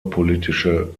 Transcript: politische